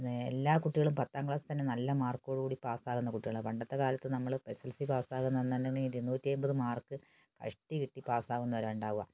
എല്ലാ കുട്ടികളും പത്താം ക്ലാസ്സില് തന്നെ നല്ല മാര്ക്കോടുകുടി പാസ്സാവുന്ന കുട്ടികളാണ് പണ്ടത്തെക്കാലത്ത് നമ്മൾ എസ് എല് സി പാസ്സാകുന്ന അന്നുതന്നെ ഇരുന്നൂറ്റി അയിമ്പത് മാര്ക്ക് കഷ്ടി കിട്ടി പാസ്സാകുന്നവരാണ് ഉണ്ടാവുക